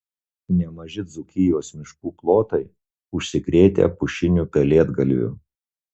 nemaži dzūkijos miškų plotai užsikrėtę pušiniu pelėdgalviu